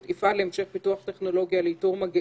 אני מבקשת להתחיל בסעיף ששכחתי לעניין העיתונאים.